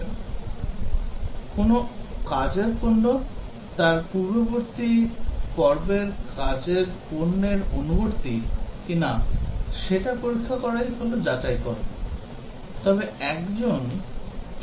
কোনও কাজের পণ্য তার পূর্ববর্তী পর্বের কাজের পণ্যের অনুবর্তী কিনা সেটা পরীক্ষা করাই হল যাচাইকরণ তবে একজন কীভাবে যাচাই করবেন